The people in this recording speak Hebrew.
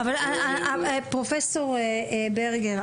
פרופ' ברגר,